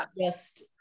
just-